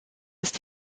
ist